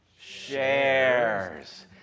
Shares